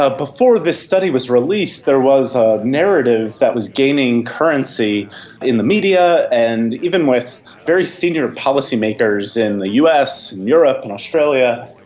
ah before this study was released there was a narrative that was gaining currency in the media and even with very senior policy makers in the us and europe and australia,